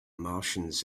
martians